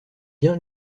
bien